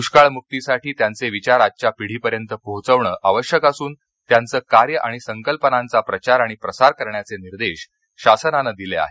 दृष्काळमुक्तीसाठी त्यांचे विचार आजच्या पिढीपर्यंत पोहोचवणे आवश्यक असून त्यांचं कार्य आणि संकल्पनांचा प्रचार आणि प्रसार करण्याचे निर्देश शासनानं दिले आहेत